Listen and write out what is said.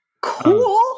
Cool